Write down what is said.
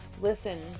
Listen